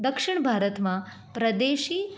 દક્ષિણ ભારતમાં પ્રાદેશિક